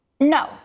no